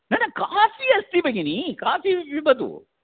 न न काफ़ी अस्ति भगिनि काफ़ी पिबतु